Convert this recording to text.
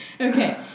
Okay